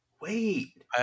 Wait